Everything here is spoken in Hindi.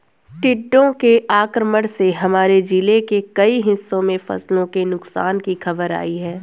टिड्डों के आक्रमण से हमारे जिले के कई हिस्सों में फसलों के नुकसान की खबर आई है